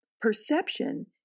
Perception